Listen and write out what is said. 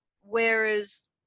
whereas